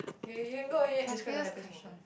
okay you can go ahead describe the happiest moment